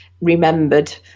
remembered